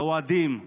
לאוהדים,